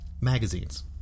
Magazines